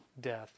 death